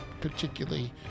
particularly